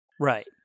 Right